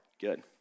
good